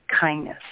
kindness